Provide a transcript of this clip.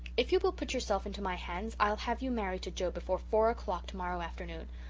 if you will put yourself into my hands i'll have you married to joe before four o'clock tomorrow afternoon.